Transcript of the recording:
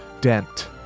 dent